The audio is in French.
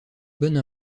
bonne